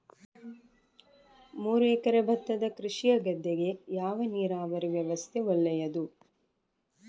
ಮೂರು ಎಕರೆ ಭತ್ತದ ಕೃಷಿಯ ಗದ್ದೆಗೆ ಯಾವ ನೀರಾವರಿ ವ್ಯವಸ್ಥೆ ಒಳ್ಳೆಯದು?